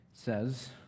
says